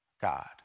God